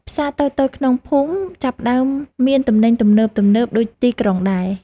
ផ្សារតូចៗក្នុងភូមិចាប់ផ្ដើមមានទំនិញទំនើបៗដូចទីក្រុងដែរ។